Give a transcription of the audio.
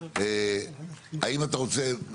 האם אתה רוצה,